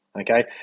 Okay